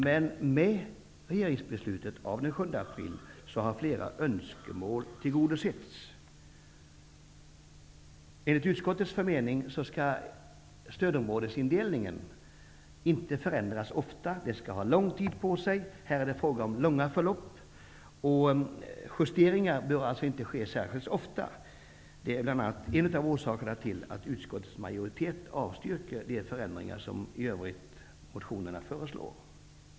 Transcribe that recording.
Med regeringsbeslutet av den 7 april har flera önskemål tillgodosetts. Enligt utskottets mening skall stödområdesindelningen inte förändras ofta. Beslut om denna skall ha lång tid på sig att verka. Här är det fråga om långa förlopp. Att justeringar inte bör ske särskilt ofta är alltså en av orsakerna till att utskottets majoritet avstyrker de ändringar som motionerna i övrigt föreslår.